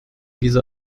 diese